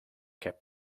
kept